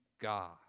God